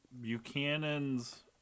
Buchanan's